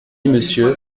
monsieur